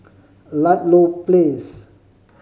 Ludlow Place